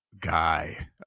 guy